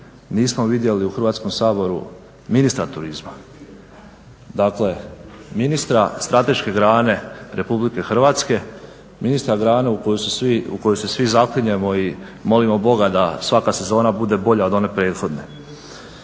nismo vidjeli u Hrvatskom saboru ministra turizma, dakle ministra strateške grane RH, ministra grane u koju se svi zaklinjemo i molimo Boga da svaka sezona bude bolja od one prethodne.